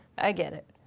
i get it.